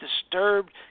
disturbed